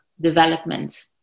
development